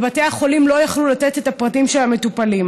ובתי החולים לא יכלו לתת את הפרטים של המטופלים,